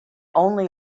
only